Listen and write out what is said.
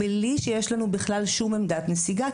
בלי שיש לנו בכלל שום עמדת נסיגה,